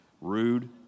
Rude